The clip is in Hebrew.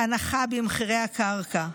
הנחה במחירי הקרקע.